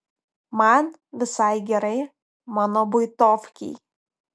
man visai gerai mano buitovkėj